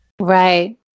Right